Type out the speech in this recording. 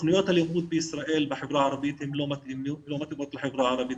תכניות הלימוד בישראל בחברה הערבית לא מתאימות לחברה הערבית,